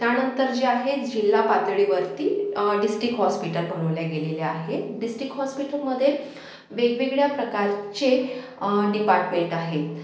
त्यानंतर जे आहे जिल्हा पातळीवरती डिस्टिक हॉस्पिटल बनवले गेलेले आहे डिस्टिक हॉस्पिटलमध्ये वेगवेगळ्या प्रकारचे डिपार्टमेंट आहेत